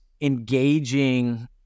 engaging